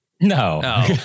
No